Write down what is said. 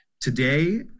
Today